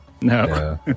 no